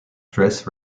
dress